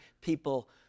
people